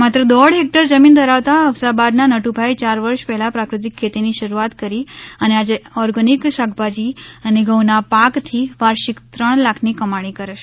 માત્ર દોઢ હેકટર જમીન ધરાવતા હફસાબાદના નટુભાઇ ચાર વર્ષ પહેલા પ્રાકૃતિક ખેતીની શરૂઆત કરી અને આજે આર્ગેનિક શાકભાજી અને ઘંઉના પાકથી વાર્ષિક ત્રણ લાખની કમાણી કરે છે